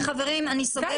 חברים, אני סוגרת את